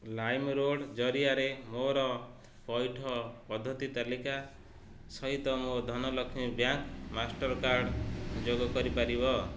ଲାଇମ୍ରୋଡ଼୍ ଜରିଆରେ ମୋର ପଇଠ ପଦ୍ଧତି ତାଲିକା ସହିତ ମୋ ଧନଲକ୍ଷ୍ମୀ ବ୍ୟାଙ୍କ୍ ମାଷ୍ଟର୍କାର୍ଡ଼୍ ଯୋଗ କରିପାରିବ